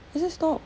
I say stop